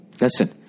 listen